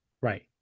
Right